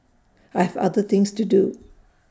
I've other things to do